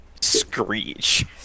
screech